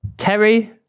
Terry